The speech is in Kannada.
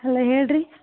ಹಲೋ ಹೇಳಿ ರೀ